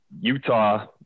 Utah